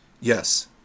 Yes